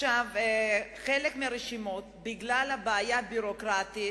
חלק מהרשימות, בגלל בעיה ביורוקרטית,